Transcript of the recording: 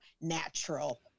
natural